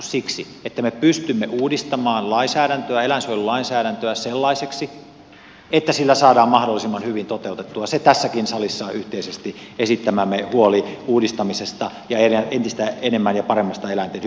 siksi että me pystymme uudistamaan lainsäädäntöä eläinsuojelulainsäädäntöä sellaiseksi että sillä saadaan mahdollisimman hyvin toteutettua se tässäkin salissa yhteisesti esittämämme huoli uudistamisesta ja huolehdittua entistä enemmän ja paremmasta eläinten hyvinvoinnista